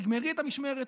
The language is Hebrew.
תגמרי את המשמרת,